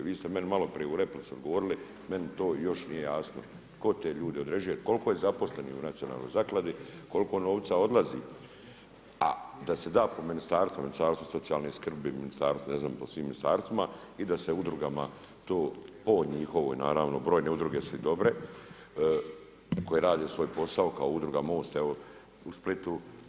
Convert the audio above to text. Vi ste meni malo prije u replici odgovorili, meni to još nije jasno tko te ljude određuje, koliko je zaposlenih u Nacionalnoj zakladi, koliko novca odlazi, a da se da po ministarstvu, Ministarstvo socijalne skrbi, ministarstvo ne znam, po svim ministarstvima i da se udrugama to po njihovoj naravno brojne udruge su dobre koje rade svoj posao kao Udruga MOST evo u Splitu.